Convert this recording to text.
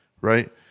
right